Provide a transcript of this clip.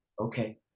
Okay